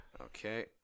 Okay